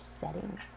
setting